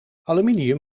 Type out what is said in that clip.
aluminium